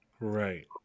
Right